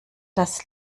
das